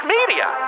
Media